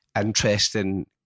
interesting